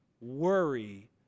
worry